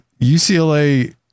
UCLA